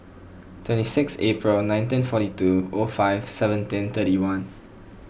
twenty sixth April nineteen forty two O five seventeen thirty one